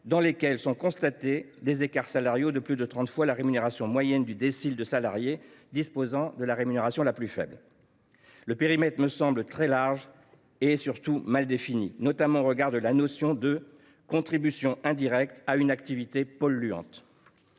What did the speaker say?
dans lesquelles sont constatés des écarts salariaux de plus de trente fois la rémunération moyenne du décile de salariés disposant de la rémunération la plus faible. Le périmètre me semble très large et surtout mal défini, notamment au regard de la notion de « contribution indirecte à une activité polluante ».